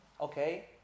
okay